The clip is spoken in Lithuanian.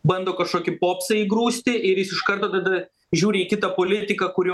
bando kažkokį popsą įgrūsti ir iš karto tada žiūri į kitą politiką kurio